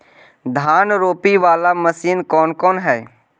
धान रोपी बाला मशिन कौन कौन है?